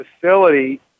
facility